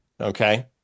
Okay